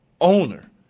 owner